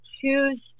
choose